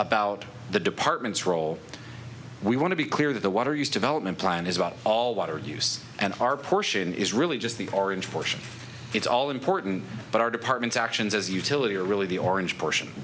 about the department's role we want to be clear that the water used to element plan is about all water use and our portion is really just the orange portion it's all important but our departments actions as utility are really the orange portion